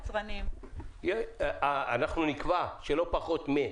אנחנו נקבע שלא פחות מ...